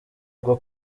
bwo